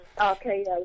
Okay